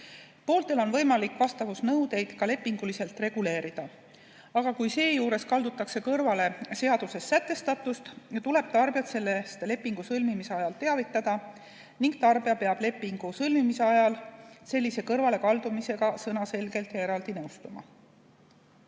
Pooltel on võimalik vastavusnõudeid lepinguliselt reguleerida, aga kui seejuures kaldutakse kõrvale seaduses sätestatust, tuleb tarbijat sellest lepingu sõlmimise ajal teavitada ning tarbija peab lepingu sõlmimise ajal sellise kõrvalekaldumisega sõnaselgelt ja eraldi nõustuma.